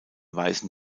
weißen